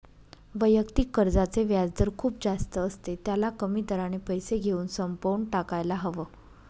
वैयक्तिक कर्जाचे व्याजदर खूप जास्त असते, त्याला कमी दराने पैसे घेऊन संपवून टाकायला हव